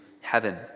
heaven